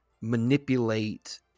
manipulate